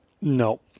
No